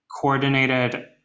coordinated